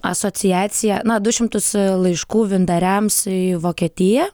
asociaciją na du šimtus laiškų vyndariams į vokietiją